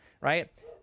right